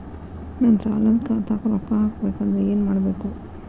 ನನ್ನ ಸಾಲದ ಖಾತಾಕ್ ರೊಕ್ಕ ಹಾಕ್ಬೇಕಂದ್ರೆ ಏನ್ ಮಾಡಬೇಕು?